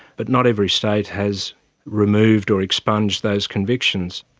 but not every state has removed or expunged those convictions.